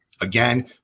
Again